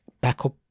backup